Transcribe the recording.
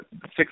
Six